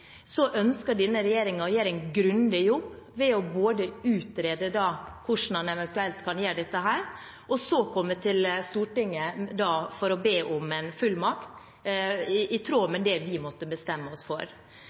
ønsker denne regjeringen å gjøre en grundig jobb ved både å utrede hvordan en eventuelt kan gjøre dette, og så komme til Stortinget for å be om en fullmakt i tråd med det vi måtte bestemme oss for.